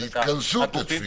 אבל התכנסות לתפילה.